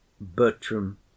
Bertram